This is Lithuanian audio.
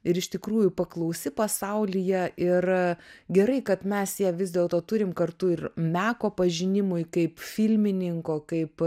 ir iš tikrųjų paklausi pasaulyje ir gerai kad mes ją vis dėlto turim kartu ir meko pažinimui kaip filmininko kaip